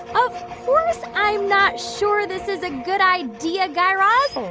of course i'm not sure this is a good idea, guy raz.